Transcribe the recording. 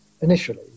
initially